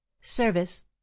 Service